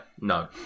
No